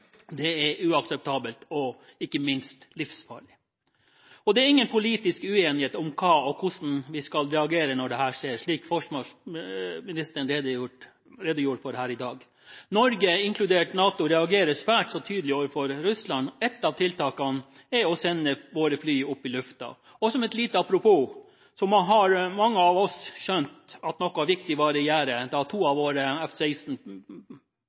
det er uakseptabelt og ikke minst livsfarlig. Det er ingen politisk uenighet om hva og hvordan vi skal reagere når dette skjer – som forsvarsministeren redegjorde for her i dag. Norge – inkludert NATO – reagerer svært så tydelig overfor Russland. Ett av tiltakene er å sende våre fly opp i luften. Og som et lite apropos skjønte mange av oss at noe viktig var i gjære da to av våre